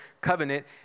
covenant